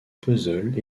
puzzles